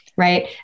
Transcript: Right